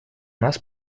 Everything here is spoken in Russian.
нас